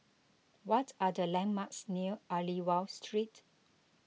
what are the landmarks near Aliwal Street